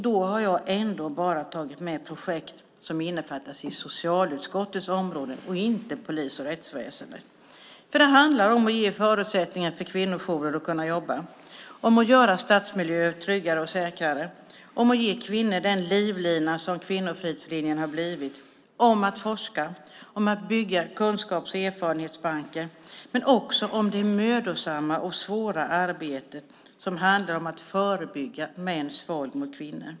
Då har jag ändå bara tagit med projekt som innefattas i socialutskottets områden och inte polis och rättsväsen. Det handlar om att ge förutsättningar för kvinnojourer att kunna jobba, om att göra stadsmiljöer tryggare och säkrare, om att ge kvinnor den livlina som Kvinnofridslinjen har blivit, om att forska, om att bygga kunskaps och erfarenhetsbanker men också om det mödosamma och svåra arbetet som handlar om att förebygga mäns våld mot kvinnor.